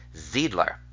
Ziedler